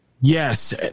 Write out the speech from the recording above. Yes